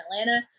Atlanta